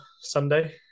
Sunday